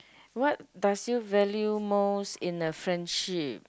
what does you value most in a friendship